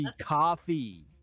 coffee